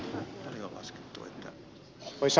arvoisa puhemies